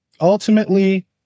ultimately